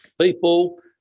People